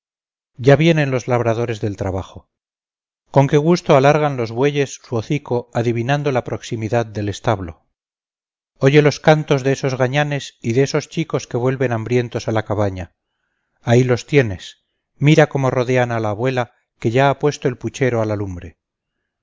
ya vienen los labradores del trabajo con qué gusto alargan los bueyes su hocico adivinando la proximidad del establo oye los cantos de esos gañanes y de esos chicos que vuelven hambrientos a la cabaña ahí los tienes mira cómo rodean a la abuela que ya ha puesto el puchero a la lumbre